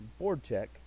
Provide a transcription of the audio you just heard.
BoardCheck